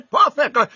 perfect